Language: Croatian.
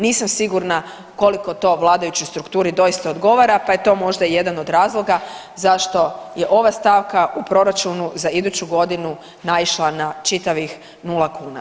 Nisam sigurna koliko to vladajućoj strukturi doista odgovara pa je to možda jedan od razloga zašto je ova stavka u proračunu za iduću godinu naišla na čitavih 0 kuna.